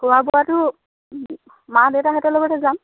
খোৱা বোৱাটো মা দেউতাহঁতৰ লগতে যাম